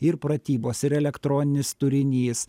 ir pratybos ir elektroninis turinys